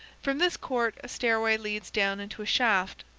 from this court a stairway leads down into a shaft,